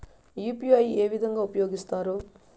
UPI ఏ విధంగా ఉపయోగిస్తారు?